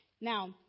Now